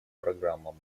программам